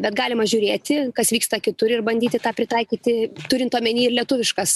bet galima žiūrėti kas vyksta kitur ir bandyti tą pritaikyti turint omeny ir lietuviškas